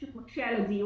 זה פשוט מקשה על הדיון,